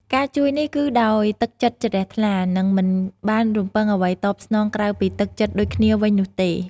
ការជួយនេះគឺដោយទឹកចិត្តជ្រះថ្លា និងមិនបានរំពឹងអ្វីតបស្នងក្រៅពីទឹកចិត្តដូចគ្នាវិញនោះទេ។